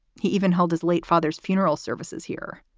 he even held his late father's funeral services here.